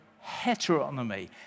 heteronomy